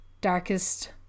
darkest